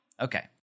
Okay